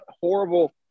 horrible